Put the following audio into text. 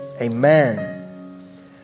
amen